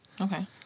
Okay